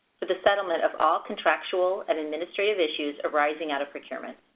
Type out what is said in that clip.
for the settlement of all contractual and administrative issues arising out of procurements.